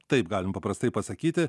taip galim paprastai pasakyti